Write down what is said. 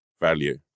value